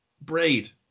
braid